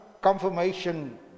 confirmation